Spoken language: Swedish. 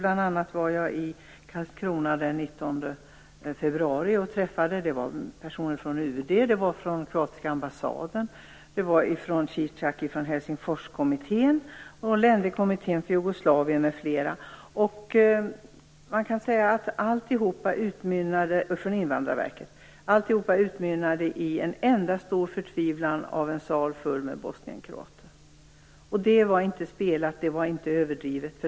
Bl.a. var jag i Karlskrona den 19 februari och träffade personer från UD, från kroatiska ambassaden, från Helsingforskommittén, från Länderkommittén för Jugoslavien, från Invandrarverket, m.fl. Alltihop utmynnade i en enda stor förtvivlan i en sal full med bosnienkroater. Det var inte spelat. Det var inte överdrivet.